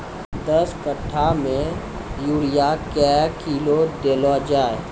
दस कट्ठा मे यूरिया क्या किलो देलो जाय?